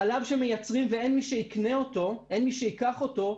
חלב שמייצרים ושאין מי שיקנה אותו ושייקח אותו,